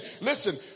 Listen